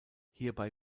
hierbei